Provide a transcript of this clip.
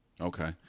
Okay